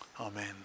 Amen